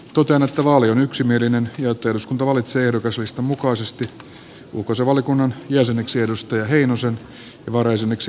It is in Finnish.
totean että vaali on yksimielinen ja että eduskunta valitsee ehdokaslistan mukaisesti ulkoasiainvaliokunnan jäseneksi timo heinosen ja varajäseneksi petteri orpon